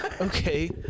Okay